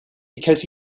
because